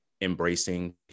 embracing